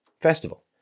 festival